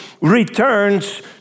returns